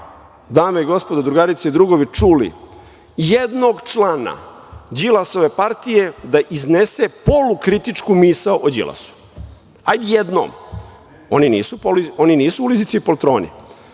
dame i gospodo, drugarice i drugovi, čuli jednog člana Đilasove partije da iznese polu kritičku misao o Đilasu? Hajde, jednom. Oni nisu ulizice i poltroni,